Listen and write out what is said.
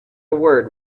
word